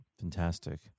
Fantastic